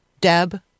Deb